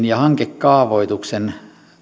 ja hankekaavoituksen